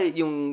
yung